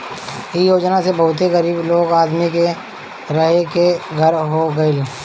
इ योजना से बहुते गरीब आदमी के रहे के घर हो गइल